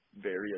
various